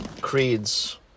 creeds